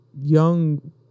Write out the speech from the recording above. young